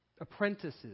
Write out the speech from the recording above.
apprentices